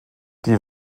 die